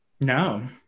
no